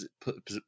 put